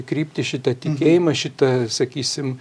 kryptį šitą tikėjimą šitą sakysim